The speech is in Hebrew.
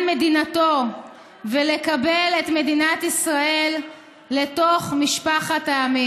מדינתו ולקבל את מדינת ישראל לתוך משפחת העמים".